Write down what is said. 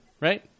right